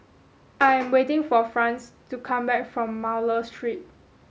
I am waiting for Franz to come back from Miller Street